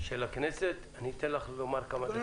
של הכנסת, אני אתן לך לומר סקירה.